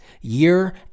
year